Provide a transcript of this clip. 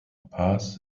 paz